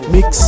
Mix